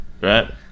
right